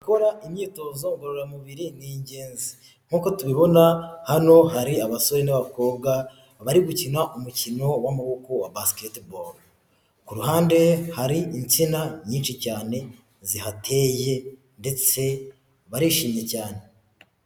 Gukora imyitozo ngororamubiri ni ingenzi nkuko tubibona hano hari abasore n'abakobwa bari gukina umukino 'wamaboko wa basIketI boro, ku ruhande hari insina nyinshi cyane zihateye ndetse barishimye cyane.